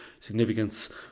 significance